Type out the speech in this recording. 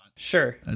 Sure